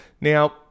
Now